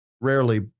rarely